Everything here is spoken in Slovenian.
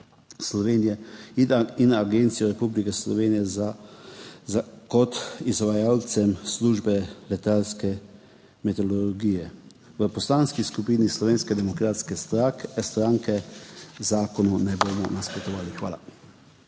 Slovenije in agencijo Republike Slovenije kot izvajalcem službe letalske meteorologije. V Poslanski skupini Slovenske demokratske stranke zakonu ne bomo nasprotovali. Hvala.